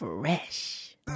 fresh